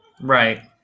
Right